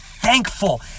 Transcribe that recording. thankful